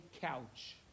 couch